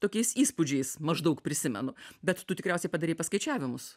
tokiais įspūdžiais maždaug prisimenu bet tu tikriausiai padarei paskaičiavimus